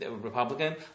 Republican